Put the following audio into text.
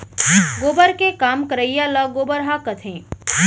गोबर के काम करइया ल गोबरहा कथें